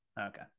okay